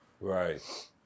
Right